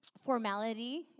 formality